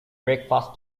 breakfast